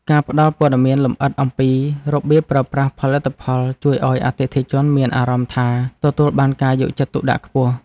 ការផ្ដល់ព័ត៌មានលម្អិតអំពីរបៀបប្រើប្រាស់ផលិតផលជួយឱ្យអតិថិជនមានអារម្មណ៍ថា ទទួលបានការយកចិត្តទុកដាក់ខ្ពស់។